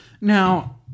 Now